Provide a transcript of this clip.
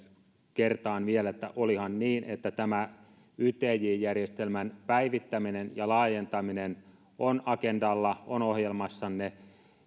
kertaan vielä olihan niin että tämä ytj järjestelmän päivittäminen ja laajentaminen on agendallanne on ohjelmassanne